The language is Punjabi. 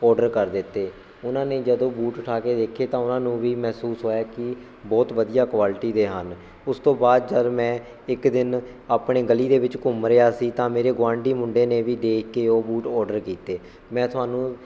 ਔਡਰ ਕਰ ਦਿੱਤੇ ਉਹਨਾਂ ਨੇ ਜਦੋਂ ਬੂਟ ਉਠਾ ਕੇ ਦੇਖੇ ਤਾਂ ਉਹਨਾਂ ਨੂੰ ਵੀ ਮਹਿਸੂਸ ਹੋਇਆ ਕਿ ਬਹੁਤ ਵਧੀਆ ਕੁਆਲਿਟੀ ਦੇ ਹਨ ਉਸ ਤੋਂ ਬਾਅਦ ਜਦ ਮੈਂ ਇੱਕ ਦਿਨ ਆਪਣੀ ਗਲੀ ਦੇ ਵਿੱਚ ਘੁੰਮ ਰਿਹਾ ਸੀ ਤਾਂ ਮੇਰੇ ਗੁਆਂਢੀ ਮੁੰਡੇ ਨੇ ਵੀ ਦੇਖ ਕੇ ਉਹ ਬੂਟ ਔਡਰ ਕੀਤੇ ਮੈਂ ਤੁਹਾਨੂੰ